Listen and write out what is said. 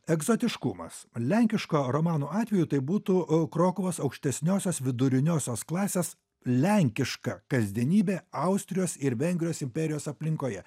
egzotiškumas lenkiško romano atveju tai būtų krokuvos aukštesniosios viduriniosios klasės lenkiška kasdienybė austrijos ir vengrijos imperijos aplinkoje